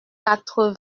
quatre